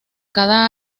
cada